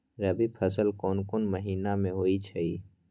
रबी फसल कोंन कोंन महिना में होइ छइ?